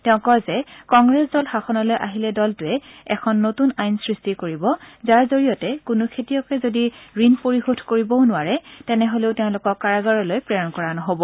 তেওঁ কয় যে কংগ্ৰেছ দল শাসনলৈ আহিলে দলটোৱে এখন নতুন আইন সৃষ্টি কৰিব যাৰ জৰিয়তে কোনো খেতিয়ককে যদি ঋণ পৰিশোধ কৰিবও নোৱাৰে তেনেহলেও তেওঁলোকক কাৰাগাৰলৈ প্ৰেৰণ কৰা নহব